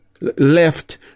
left